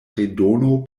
redono